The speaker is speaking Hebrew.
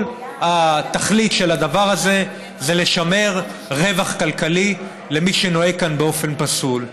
כל התכלית של הדבר הזה זה לשמר רווח כלכלי למי שנוהג כאן באופן פסול.